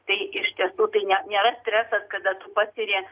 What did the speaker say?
tai iš tiesų tai ne nėra stresas kada tu patiri